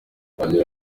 agira